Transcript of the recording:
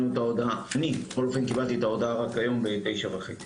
אני לפחות קיבלתי את ההודעה רק היום בשעה תשע וחצי.